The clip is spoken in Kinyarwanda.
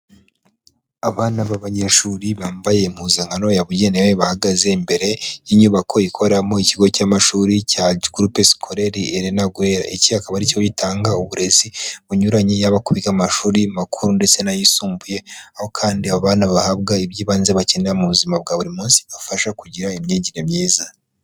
Abana b'abanyeshuri bambaye impuzankano yabugenewe, bahagaze imbere y'inyubako ikoreramo ikigo cy'amashuri cya groupe scolaire erenagweri, iki akaba ari ikigo gitanga uburezi, bunyuranye yaba ku bigaga amashuri makuru ndetse n'ayisumbuye, aho kandi abana bahabwa iby'ibanze bakenera mu buzima bwa buri munsi, bibafasha kugira imyigire myiza.